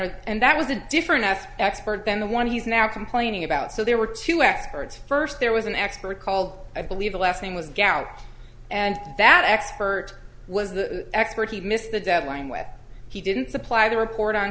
it and that was a different test expert than the one he's now complaining about so there were two experts first there was an expert called i believe the last name was get out and that expert was the expert he missed the deadline with he didn't supply the report on